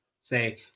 say